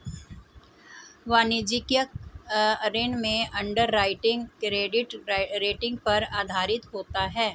वाणिज्यिक ऋण में अंडरराइटिंग क्रेडिट रेटिंग पर आधारित होता है